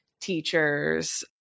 teachers